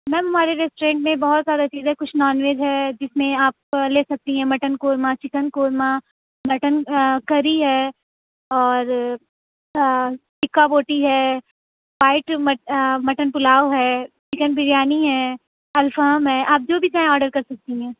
میم ہمارے ریسٹورینٹ میں بہت سارا چیزیں ہے کچھ نان ویج ہے جس میں آپ لے سکتی ہیں mutton korma chicken korma mutton curry ہے اور ٹکا بوٹی ہے رائٹ مٹن پلاؤ ہے چکن بریانی ہے الفام ہے آپ جو بھی چاہیں آرڈر کر سکتی ہیں